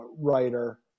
writer